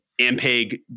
Ampeg